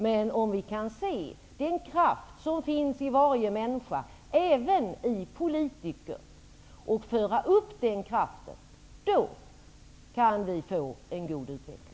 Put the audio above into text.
Men om vi kan se den kraft som finns i varje människa, även i politiker, och föra upp den kraften, kan vi få en god utveckling.